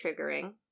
triggering